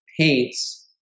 paints